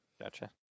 gotcha